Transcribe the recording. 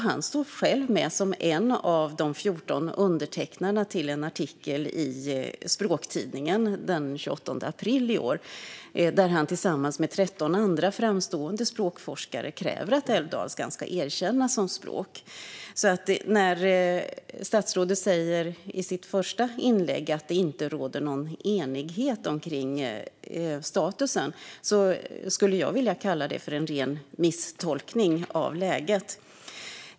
Han står själv med som en av de 14 undertecknarna till en artikel i Språktidningen den 28 april i år, där han tillsammans med 13 andra framstående språkforskare kräver att älvdalskan ska erkännas som språk. Statsrådet sa i sitt första inlägg att det inte råder någon enighet om statusen, men det skulle jag vilja kalla en ren misstolkning av läget.